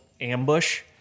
ambush